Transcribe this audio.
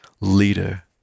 leader